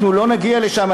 אנחנו לא נגיע לשם,